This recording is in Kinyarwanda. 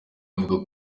ivuga